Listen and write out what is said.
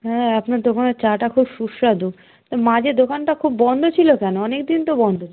হ্যাঁ আপনার দোকানের চাটা খুব সুস্বাদু তো মাঝে দোকানটা খুব বন্ধ ছিলো কেন অনেক দিন তো বন্ধ ছিলো